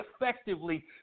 effectively